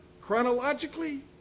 chronologically